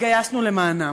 התגייסנו למענם.